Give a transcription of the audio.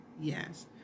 Yes